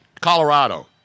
Colorado